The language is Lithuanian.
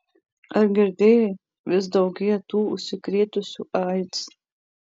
ar girdėjai vis daugėja tų užsikrėtusių aids